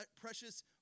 precious